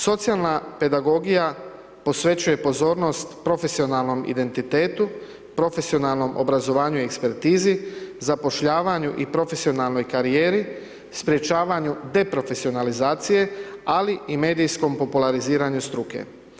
Socijalna pedagogija posvećuje pozornost profesionalnom identitetu, profesionalnom obrazovanju i ekspertizi, zapošljavanju i profesionalnoj karijeri, sprječavanju deprofesionalizacije, ali i medijskom populariziranju struke.